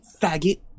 faggot